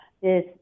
Yes